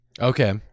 Okay